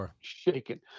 shaking